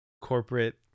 corporate